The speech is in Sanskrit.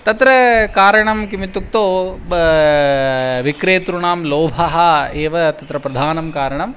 तत्र कारणं किमित्युक्तौ विक्रेतॄणां लोभः एव तत्र प्रधानं कारणम्